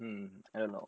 um I don't know